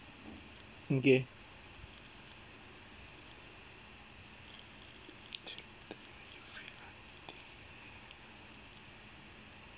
okay